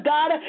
God